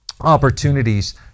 opportunities